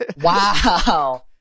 wow